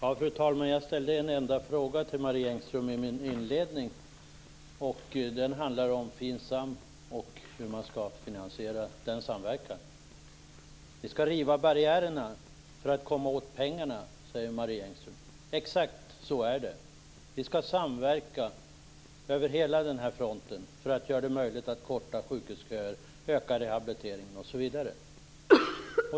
Fru talman! Jag ställde en enda fråga till Marie Engström i min inledning. Den handlar om FINSAM och hur man skall finansiera den samverkan. Vi skall riva barriärerna för att komma åt pengarna, säger Marie Engström. Exakt så är det. Vi skall samverka över hela den här fronten för att göra det möjligt att korta sjukhusköer, öka rehabiliteringen osv.